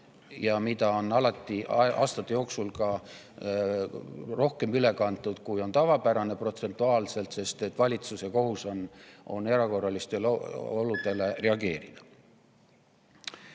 mida on aastate jooksul alati rohkem üle kantud, kui on tavapärane protsentuaalselt, sest valitsuse kohus on erakorralistele oludele reageerida. See